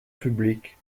public